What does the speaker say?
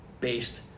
based